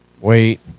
wait